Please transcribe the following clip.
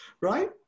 Right